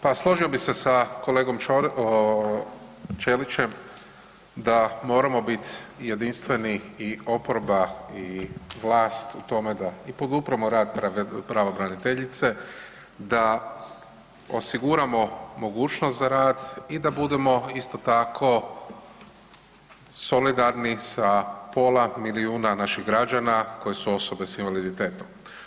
Pa složio bi se sa kolegom Ćelićem da moram biti jedinstveni i oporba i vlast u tome i da podupremo rad pravobraniteljice, da osiguramo mogućnost za rad i da budemo isto tako solidarni sa pola milijuna naših građana koje su osobe sa invaliditetom.